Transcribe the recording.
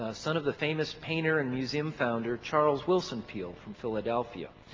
ah son of the famous painter and museum founder charles wilson peale from philadelphia.